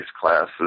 classes